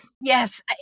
yes